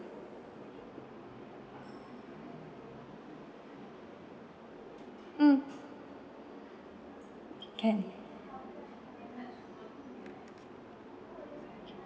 mm can